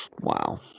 Wow